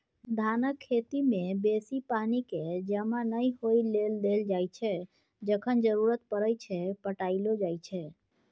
धानक खेती मे बेसी पानि केँ जमा नहि होइ लेल देल जाइ छै जखन जरुरत परय छै पटाएलो जाइ छै